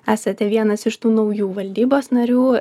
esate vienas iš tų naujų valdybos narių